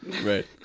Right